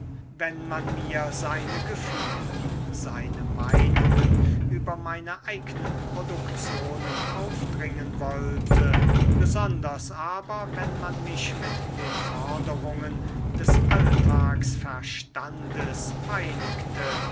wenn man mir seine gefühle seine meinungen über meine eignen produktionen aufdringen wollte besonders aber wenn man mich mit den forderungen des